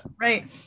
right